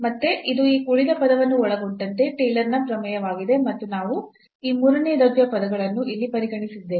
ಮತ್ತೆ ಇದು ಈ ಉಳಿದ ಪದವನ್ನು ಒಳಗೊಂಡಂತೆ ಟೇಲರ್ ಪ್ರಮೇಯವಾಗಿದೆ ಮತ್ತು ನಾವು ಈ ಮೂರನೇ ದರ್ಜೆಯ ಪದಗಳನ್ನು ಇಲ್ಲಿ ಪರಿಗಣಿಸಿದ್ದೇವೆ